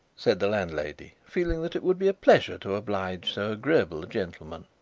said the landlady, feeling that it would be a pleasure to oblige so agreeable a gentleman,